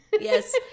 Yes